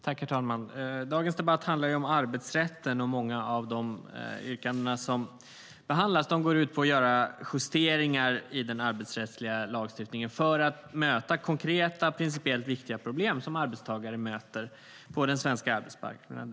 Herr talman! Dagens debatt handlar om arbetsrätten, och många av de yrkanden som behandlas går ut på att göra justeringar i den arbetsrättsliga lagstiftningen för att möta konkreta, principiellt viktiga problem som arbetstagare möter på den svenska arbetsmarknaden.